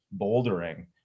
bouldering